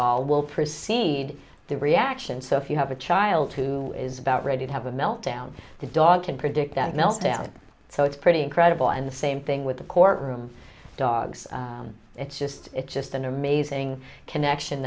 ol will precede the reaction so if you have a child who is about ready to have a meltdown the dog can predict and meltdown so it's pretty incredible and the same thing with the court room dogs it's just it's just an amazing connection